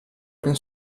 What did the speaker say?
open